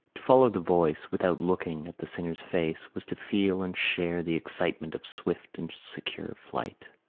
to follow the voice, without looking at the singer's face, was to feel and share the excitement of swift and secure flight.